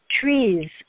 trees